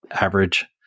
average